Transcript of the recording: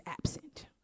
absent